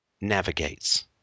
navigates